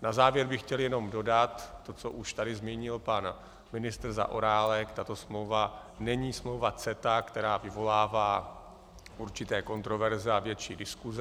Na závěr bych chtěl jenom dodat to, co už tady zmínil pan ministr Zaorálek, tato smlouva není smlouva CETA, která vyvolává určité kontroverze a větší diskuse.